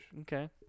okay